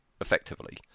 effectively